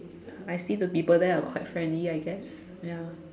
I see the people there are quite friendly I guess ya